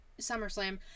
SummerSlam